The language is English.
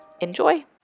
Enjoy